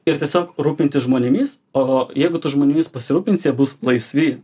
ir tiesiog rūpintis žmonėmis o jeigu tų žmonių jis pasirūpins jie bus laisvi